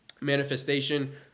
manifestation